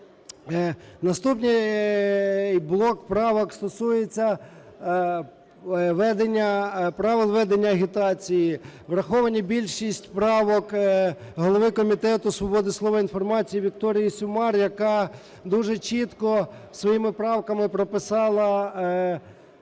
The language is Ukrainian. Наступний блок правок стосується правил ведення агітації. Враховані більшість правок голови Комітету свободи слова і інформації Вікторії Сюмар, яка дуже чітко своїми правками прописала вимоги